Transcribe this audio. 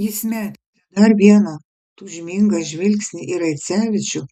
jis metė dar vieną tūžmingą žvilgsnį į raicevičių